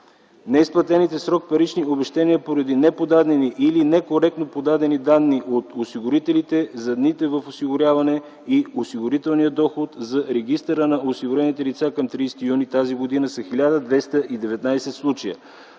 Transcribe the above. Неизплатените в срок парични обезщетения поради неподадени и некоректно подадени данни от осигурителите за дните в осигуряване и осигурителния доход за регистъра на осигурените лица към 30 юни тази години са 1219 случая.